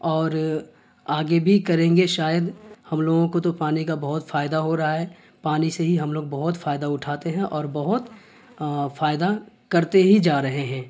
اور آگے بھی کریں گے شاید ہم لوگوں کو تو پانی کا بہت فائدہ ہو رہا ہے پانی سے ہی ہم لوگ بہت فائدہ اٹھاتے ہیں اور بہت فائدہ کرتے ہی جا رہے ہیں